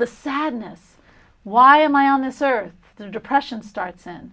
the sadness why am i on this earth the depression starts in